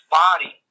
body